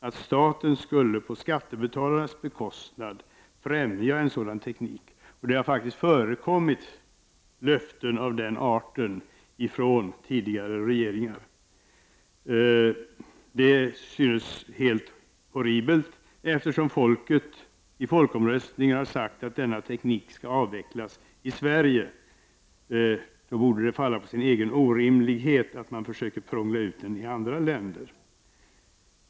Att staten skulle på skattebetalarnas bekostnad främja en sådan teknik — det har faktiskt förekommit löften av den arten från tidigare regeringar — synes helt horribelt. Eftersom folket i folkomröstning har sagt att dennna teknik skall avvecklas i Sverige, borde det falla på sin egen orimlighet att man försöker prångla ut den till andra länder.